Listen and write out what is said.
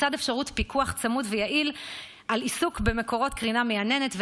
לצד אפשרות פיקוח צמוד ויעיל על עיסוק במקורות קרינה מייננת.